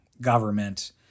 government